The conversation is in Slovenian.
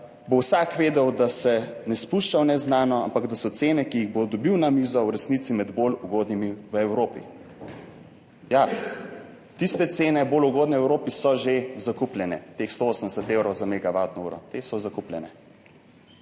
bo vsak vedel, da se ne spušča v neznano, ampak da so cene, ki jih bo dobil na mizo, v resnici med bolj ugodnimi v Evropi. Ja, tiste bolj ugodne cene v Evropi so že zakupljene, teh 180 evrov za megavatno uro, te so zakupljene.